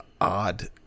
odd